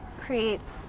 creates